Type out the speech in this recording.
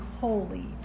holy